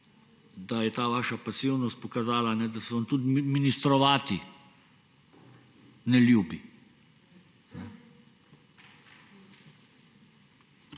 ta vaša pasivnost pokazala, da se vam tudi ministrovati ne ljubi.